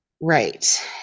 right